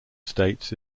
states